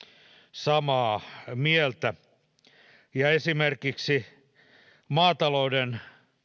samaa mieltä esimerkiksi maatalouden